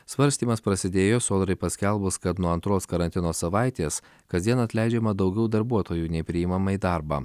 svarstymas prasidėjo sodrai paskelbus kad nuo antros karantino savaitės kasdien atleidžiama daugiau darbuotojų nei priimama į darbą